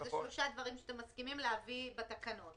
שזה שלושה דברים שאתם מסכימים להביא בתקנות.